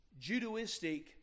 Judaistic